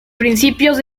principios